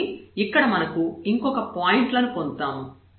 కాబట్టి ఇక్కడ మనం ఇంకొక పాయింట్లను పొందుతాము